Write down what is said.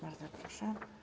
Bardzo proszę.